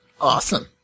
Awesome